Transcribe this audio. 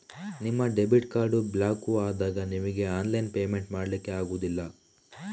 ನಿಮ್ಮ debit card block ಆದಾಗ ನಿಮಿಗೆ ಆನ್ಲೈನ್ ಪೇಮೆಂಟ್ ಮಾಡ್ಲಿಕ್ಕೆ ಆಗುದಿಲ್ಲ